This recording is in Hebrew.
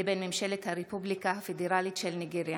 לבין ממשלת הרפובליקה הפדרלית של ניגריה.